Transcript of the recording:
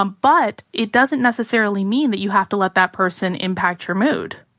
um but it doesn't necessarily mean that you have to let that person impact your mood.